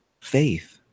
faith